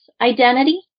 identity